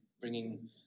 bringing